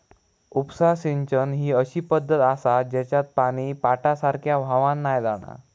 उपसा सिंचन ही अशी पद्धत आसा जेच्यात पानी पाटासारख्या व्हावान नाय जाणा